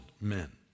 men